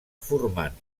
formant